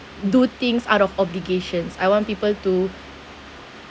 do things out of obligations I want people to